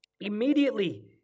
Immediately